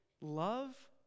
love